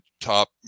top